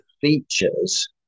features